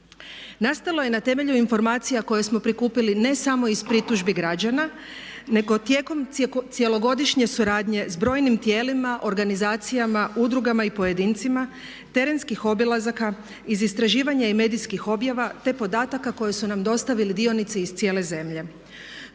Nastalo je na temelju informacija koje smo prikupili ne samo iz pritužbi građana nego tijekom cjelogodišnje suradnje sa brojnim tijelima, organizacijama, udrugama i pojedincima, terenskih obilazaka, iz istraživanja i medijskih objava te podataka koje su nam dostavili dionici iz cijele zemlje.